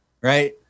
right